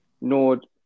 Nord